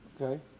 Okay